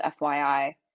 FYI